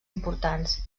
importants